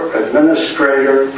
administrator